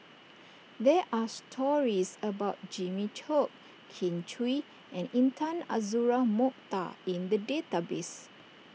there are stories about Jimmy Chok Kin Chui and Intan Azura Mokhtar in the database